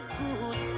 good